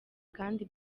kandi